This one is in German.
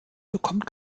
bekommt